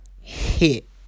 Hit